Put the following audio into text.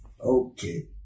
Okay